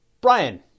Brian